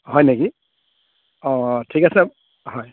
হয় নেকি অ অ ঠিক আছে হয়